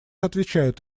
отвечают